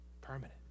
Permanent